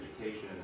education